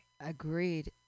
Agreed